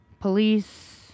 Police